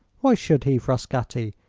why should he, frascatti,